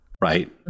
Right